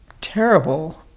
terrible